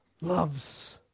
loves